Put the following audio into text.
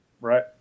right